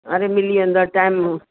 अरे मिली वेंदा टाइम